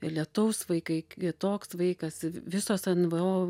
lietaus vaikai kitoks vaikas visos nvo